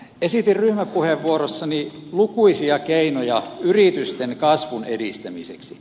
esitin ryhmäpuheenvuorossani lukuisia keinoja yritysten kasvun edistämiseksi